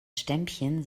stämmchen